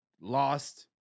lost